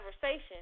conversation